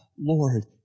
Lord